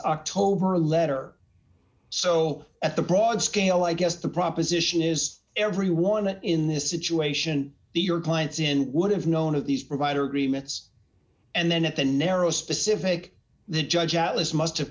october letter so at the broad scale i guess the proposition is everyone in this situation the your clients in would have known of these provider agreements and then at the narrow specific the judge atlas must